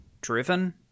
driven